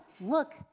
look